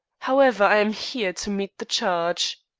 however, i am here, to meet the charge.